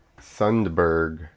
Sundberg